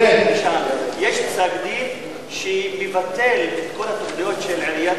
יש פסק-דין שמבטל את כל התוכניות של עיריית